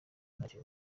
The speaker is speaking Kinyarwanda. ntacyo